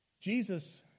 Jesus